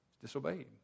Disobeyed